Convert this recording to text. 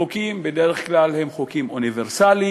חוקים הם בדרך כלל חוקים אוניברסליים,